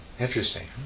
interesting